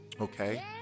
Okay